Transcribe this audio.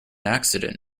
accident